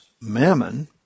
mammon